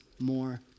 more